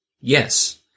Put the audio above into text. Yes